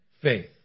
faith